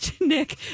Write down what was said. Nick